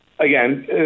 Again